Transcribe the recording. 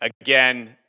Again